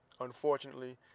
Unfortunately